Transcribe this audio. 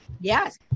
Yes